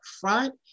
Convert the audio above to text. front